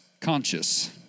conscious